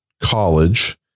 college